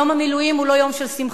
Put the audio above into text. יום המילואים הוא לא יום שמחה,